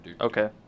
Okay